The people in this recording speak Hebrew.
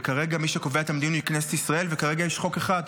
וכרגע מי שקובע את המדיניות היא כנסת ישראל וכרגע יש חוק אחד,